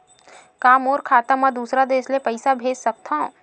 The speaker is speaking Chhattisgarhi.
का मोर खाता म दूसरा देश ले पईसा भेज सकथव?